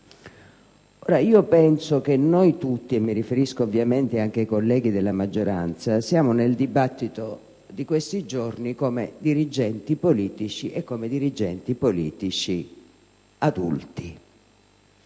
Penso che noi tutti, e mi riferisco ovviamente anche ai colleghi della maggioranza, siamo nel dibattito di questi giorni come dirigenti politici, e come dirigenti politici adulti